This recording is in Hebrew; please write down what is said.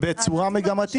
הסכומים שמגלגל ענף הבטטות?